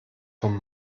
von